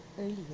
earlier